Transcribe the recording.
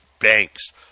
banks